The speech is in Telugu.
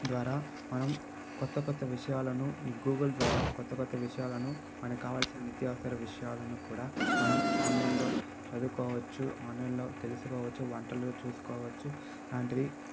ద్వారా మనం కొత్త కొత్త విషయాలను గూగుల్ ద్వారా కొత్త కొత్త విషయాలను మనకు కావలసిన నిత్య అవసర విషయాలను కూడా మనం ఆన్లైన్లో చదువుకోవచ్చు ఆన్లైన్లో తెలుసుకోవచ్చు వంటలు చూసుకోవచ్చు లాంటివి